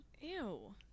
Ew